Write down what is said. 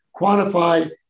quantify